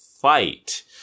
fight